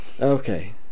Okay